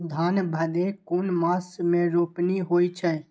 धान भदेय कुन मास में रोपनी होय छै?